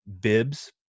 bibs